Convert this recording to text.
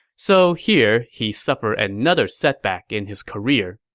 so here he suffered another setback in his career